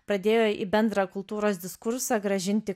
pradėjo į bendrą kultūros diskursą grąžinti